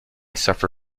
suffer